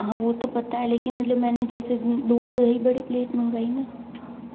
हां वो तो पता है लेकिन मतलब मैंने जैसे दो दही बड़ी प्लेट मंगवाई ना